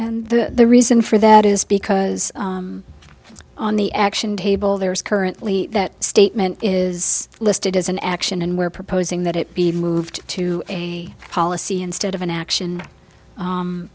and the reason for that is because on the action table there is currently that statement is listed as an action and we're proposing that it be moved to a policy instead of an action